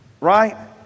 right